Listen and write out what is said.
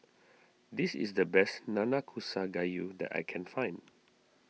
this is the best Nanakusa Gayu that I can find